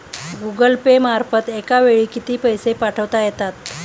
Google Pay मार्फत एका वेळी किती पैसे पाठवता येतात?